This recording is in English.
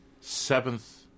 Seventh